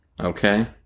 Okay